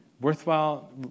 worthwhile